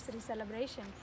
celebration